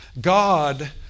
God